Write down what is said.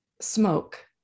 smoke